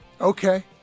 Okay